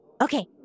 Okay